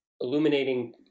illuminating